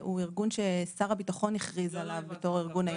הוא ארגון ששר הביטחון הכריז עליו בתור הארגון היציג.